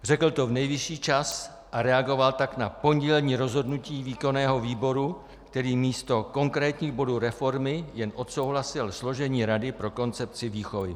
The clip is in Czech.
Řekl to v nejvyšší čas a reagoval tak na pondělní rozhodnutí výkonného výboru, který místo konkrétních bodů reformy jen odsouhlasil složení rady pro koncepci výchovy.